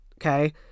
okay